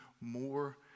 more